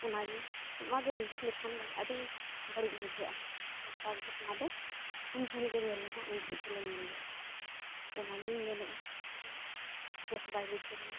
ᱚᱱᱟᱜᱮ ᱚᱱᱟᱜᱮ ᱩᱭᱦᱟᱹᱨ ᱞᱮᱠᱷᱟᱱ ᱢᱟᱱᱮ ᱟᱹᱰᱤ ᱵᱟᱹᱲᱤᱡ ᱵᱩᱡᱷᱟᱹᱜᱼᱟ ᱚᱱᱠᱟ ᱜᱷᱚᱴᱚᱱᱟ ᱫᱚ ᱩᱱ ᱡᱚᱠᱷᱚᱱ ᱜᱮ ᱧᱮᱞ ᱞᱮᱱᱟ ᱩᱱ ᱡᱚᱠᱷᱚᱱ ᱜᱮᱞᱮ ᱧᱮᱞ ᱞᱮᱜᱼᱟ ᱚᱱᱟᱜᱤᱧ ᱢᱮᱱᱮᱜᱼᱟ ᱢᱟᱱᱮ ᱵᱮᱥ ᱵᱟᱭ ᱵᱩᱡᱷᱟᱹᱣ ᱞᱮᱱᱟ